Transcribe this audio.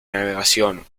navegación